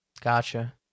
Gotcha